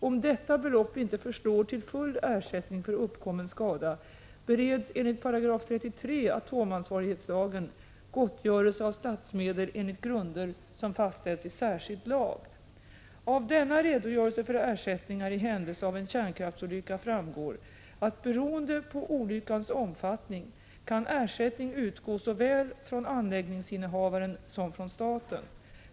Om detta belopp inte förslår till full ersättning för uppkommen skada, bereds enligt 33 § atomansvarighetslagen gottgörelse av statsmedel enligt grunder som fastställs i särskild lag. Av denna redogörelse för ersättningar i händelse av en kärnkraftsolycka framgår att beroende på olyckans omfattning kan ersättning utgå såväl från anläggningsinnehavaren som från staten.